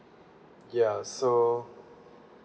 ya so